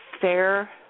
Fair